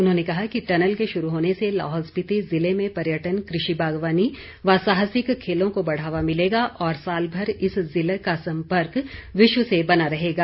उन्होंने कहा कि टनल के शुरू होने से लाहौल स्पिति जिले में पर्यटन कृषि बागवानी व साहसिक खेलों को बढ़ावा मिलेगा और सालभर इस जिले का सम्पर्क विश्व से बना रहेगा